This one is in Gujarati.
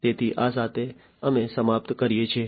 તેથી આ સાથે અમે સમાપ્ત કરીએ છીએ